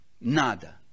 nada